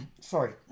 Sorry